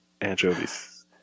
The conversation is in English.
anchovies